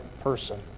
person